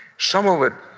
some of it